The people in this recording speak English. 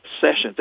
sessions